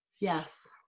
Yes